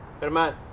Herman